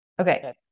Okay